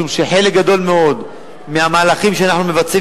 משום שחלק גדול מאוד מהמהלכים שאנחנו מבצעים